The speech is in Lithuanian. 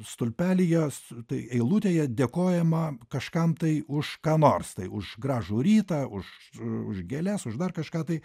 stulpelyje su tai eilutėje dėkojama kažkam tai už ką nors tai už gražų rytą už už gėles už dar kažką tai